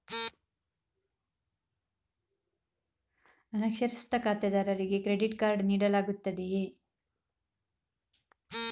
ಅನಕ್ಷರಸ್ಥ ಖಾತೆದಾರರಿಗೆ credit card ನೀಡಲಾಗುತ್ತದೆಯೇ?